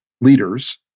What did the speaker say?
leaders